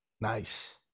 Nice